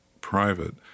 private